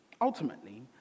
Ultimately